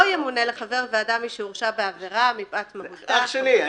לא ימונה לחבר ועדה מי שהורשע בעבירה מפאת --- אח שלי,